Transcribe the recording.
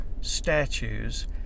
statues